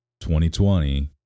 2020